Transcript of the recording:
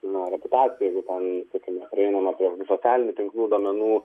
nu reputaciją jeigu ten sakykim prieinama prie socialinių tinklų duomenų duomenų